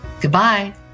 Goodbye